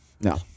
No